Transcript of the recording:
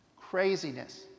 Craziness